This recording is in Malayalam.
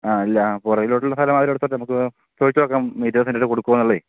ആ അല്ല പുറകിലോട്ടുള്ള സ്ഥലം അവരെടുത്തോട്ടെ നമുക്ക് ചോദിച്ചുനോക്കാം ഇരുപതുസെൻറില് കൊടുക്കുവോന്നുള്ളതേ